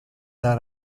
dalla